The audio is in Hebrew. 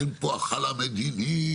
אין פה החלה מדינית.